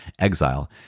exile